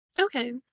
Okay